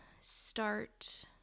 start